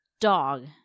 dog